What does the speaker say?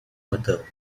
method